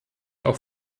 auch